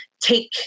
take